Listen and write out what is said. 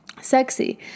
sexy